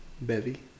Bevy